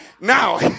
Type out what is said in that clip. Now